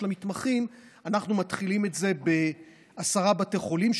המתמחים אנחנו מתחילים בעשרה בתי חולים,